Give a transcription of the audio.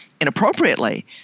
inappropriately